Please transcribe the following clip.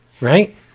right